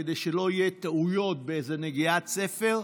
כדי שלא תהיינה טעויות באיזו נגיעת ספר.